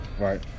Right